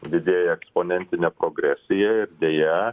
didėja eksponentine progresija ir deja